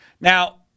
Now